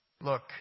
Look